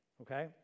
okay